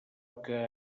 que